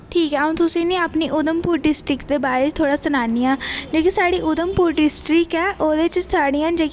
ठीक ऐ आ'ऊं तुसेंगी ना अपनी उधमपुर डिस्ट्रीक्ट दे बारै च थोह्ड़ा सनानी आं जेह्की साढ़ी उधमपुर डिस्ट्रीक्ट ऐ ओह्दे च सढ़ियां जेह्कियां